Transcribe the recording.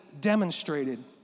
demonstrated